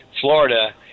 Florida